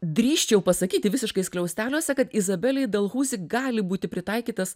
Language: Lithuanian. drįsčiau pasakyti visiškai skliausteliuose kad izabelei dolhuzi gali būti pritaikytas